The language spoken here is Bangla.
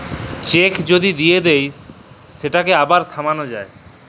চ্যাক যদি দিঁয়ে দেই সেটকে আবার থামাল যায়